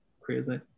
crazy